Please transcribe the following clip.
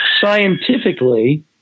scientifically